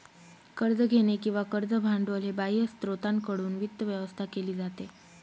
कर्ज घेणे किंवा कर्ज भांडवल हे बाह्य स्त्रोतांकडून वित्त व्यवस्था केली जाते